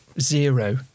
zero